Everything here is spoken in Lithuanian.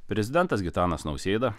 prezidentas gitanas nausėda